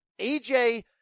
AJ